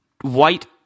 white